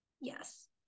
Yes